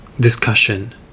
Discussion